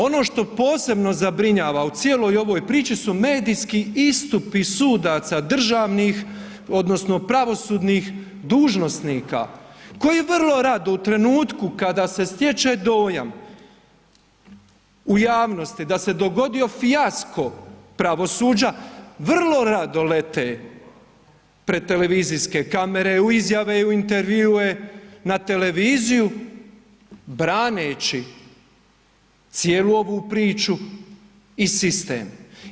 Ono što posebno zabrinjava u cijeloj ovoj priči su medijski istupi sudaca odnosno pravosudnih dužnosnika koji vrlo rado u trenutku kada se stječe dojam u javnosti da se dogodio fijasko pravosuđa vrlo rado lete pred televizijske kamere, u izjave, u intervjue, na televiziju braneći cijelu ovu priču i sistem.